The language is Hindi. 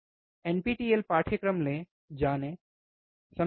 NPTEL पाठ्यक्रम लें जानें सही